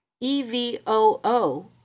E-V-O-O